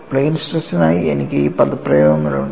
plain സ്ട്രെസ്നായി എനിക്ക് ഈ പദപ്രയോഗങ്ങളുണ്ട്